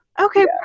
Okay